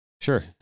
Sure